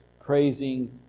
praising